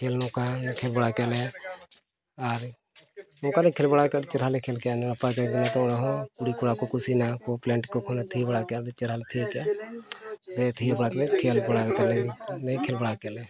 ᱠᱷᱮᱞ ᱱᱚᱝᱠᱟ ᱞᱮ ᱠᱷᱮᱞ ᱵᱟᱲᱟ ᱠᱮᱜᱼᱟ ᱞᱮ ᱟᱨ ᱱᱚᱝᱠᱟ ᱞᱮ ᱠᱷᱮᱞᱟ ᱵᱟᱲᱟ ᱠᱮᱜᱼᱟ ᱟᱹᱰᱤ ᱪᱮᱦᱨᱟ ᱞᱮ ᱠᱷᱮᱞ ᱠᱮᱜᱼᱟ ᱟᱹᱰᱤ ᱱᱟᱯᱟᱭ ᱚᱱᱟᱛᱮ ᱚᱱᱟ ᱦᱚᱸ ᱠᱩᱲᱤ ᱠᱚᱲᱟ ᱠᱚ ᱠᱩᱥᱤᱭᱮᱱᱟ ᱠᱚ ᱯᱞᱮᱱᱴᱤᱠ ᱠᱚᱞᱮ ᱟᱹᱰᱤ ᱪᱮᱦᱨᱟ ᱞᱮ ᱛᱷᱤᱭᱟᱹ ᱠᱮᱜᱼᱟ ᱡᱮ ᱛᱷᱤᱭᱟᱹ ᱵᱟᱲᱟ ᱠᱟᱛᱮᱫ ᱠᱷᱮᱞ ᱵᱟᱲᱟ ᱠᱟᱛᱮᱫ ᱞᱮ ᱠᱷᱮᱞ ᱵᱟᱲᱟ ᱠᱮᱜᱼᱟ ᱞᱮ